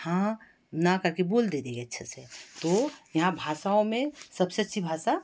हाँ ना करके बोल देंगे अच्छा से तो यहाँ भाषाओं में सबसे अच्छी भाषा